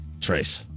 Trace